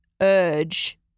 urge